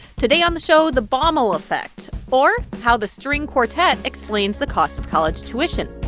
today on the show the baumol effect or how the string quartet explains the cost of college tuition